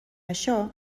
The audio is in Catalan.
això